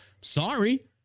Sorry